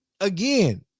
again